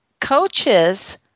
Coaches